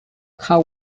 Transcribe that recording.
how